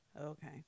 Okay